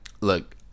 Look